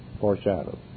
foreshadowed